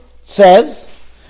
says